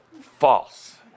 false